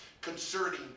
concerning